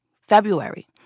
February